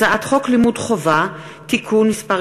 הצעת חוק לימוד חובה (תיקון מס'